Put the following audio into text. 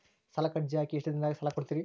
ಸಾಲಕ ಅರ್ಜಿ ಹಾಕಿ ಎಷ್ಟು ದಿನದಾಗ ಸಾಲ ಕೊಡ್ತೇರಿ?